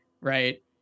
right